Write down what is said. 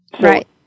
Right